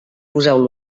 poseu